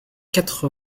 quatre